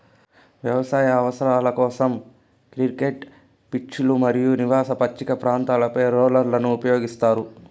వ్యవసాయ అవసరాల కోసం, క్రికెట్ పిచ్లు మరియు నివాస పచ్చిక ప్రాంతాలపై రోలర్లను ఉపయోగిస్తారు